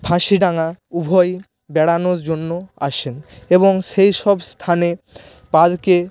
ফাঁসিডাঙ্গা উভয়ই বেড়ানোর জন্য আসেন এবং সেইসব স্থানে পার্কে